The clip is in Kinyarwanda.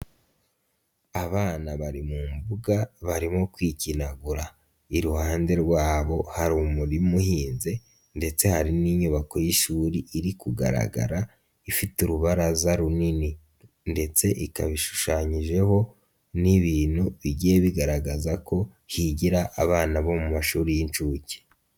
Abana bari mu mbuga barimo kwikinagura, iruhande rwabo hari umurima uhinze ndetse hari n'inyubako y'ishuri iri kugaragara ifite urubaraza runini, ndetse ikaba ishushanyijeho n'ibintu bigiye bigaragaza ko higira abana bo mu mashuri y'inshuke.